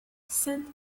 scent